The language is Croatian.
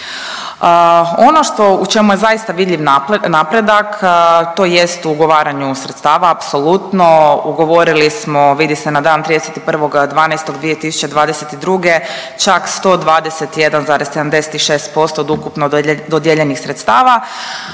Ono što u čemu je zaista vidljiv napredak to jest u ugovaranju sredstava apsolutno. Ugovorili smo vidi se na dan 31.12.2022. čak 121,76% od ukupno dodijeljenih sredstava.